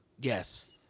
Yes